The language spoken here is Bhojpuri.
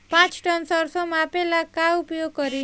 पाँच टन सरसो मापे ला का उपयोग करी?